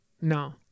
No